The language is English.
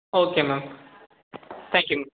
okay ma'am thank you ma'am